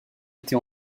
été